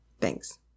Thanks